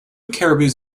caribous